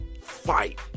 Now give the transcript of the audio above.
fight